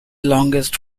longest